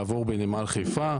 לעבור בנמל חיפה.